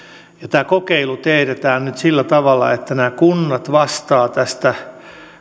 tämä kokeilu teetetään nyt sillä tavalla että nämä kunnat vastaavat tästä